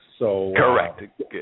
Correct